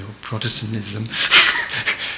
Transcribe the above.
Protestantism